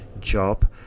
job